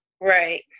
Right